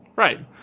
right